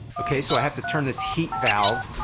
ok, so i have to turn this heat valve.